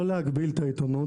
לא להגביל את העיתונות.